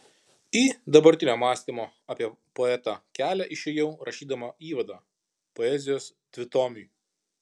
į dabartinio mąstymo apie poetą kelią išėjau rašydama įvadą poezijos dvitomiui